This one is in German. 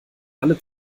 alle